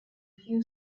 few